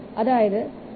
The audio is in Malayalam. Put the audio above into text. അതായത് 302